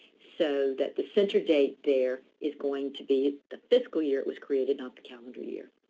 so that the center date there is going to be the fiscal year it was created, not the calendar year.